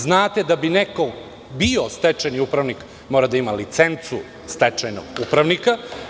Znate, da bi neko bio stečajni upravnik mora da ima licencu stečajnog upravnika.